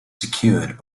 secured